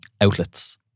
outlets